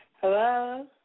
Hello